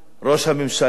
ראש הממשלה,